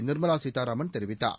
நிர்மலா சீதாராமன் தெரிவித்தார்